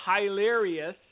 hilarious